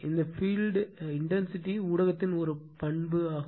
இந்த field intensity ஊடகத்தின் ஒரு பண்பாகும்